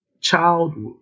childhood